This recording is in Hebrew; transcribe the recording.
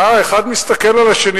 אחד מסתכל על השני,